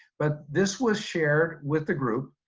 but this was shared with the group,